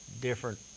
different